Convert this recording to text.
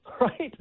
right